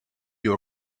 you